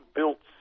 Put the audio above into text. built